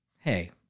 hey